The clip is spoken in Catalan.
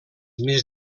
més